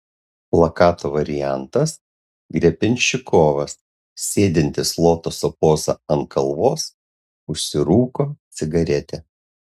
plakato variantas grebenščikovas sėdintis lotoso poza ant kalvos užsirūko cigaretę